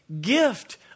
gift